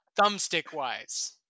thumbstick-wise